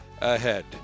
ahead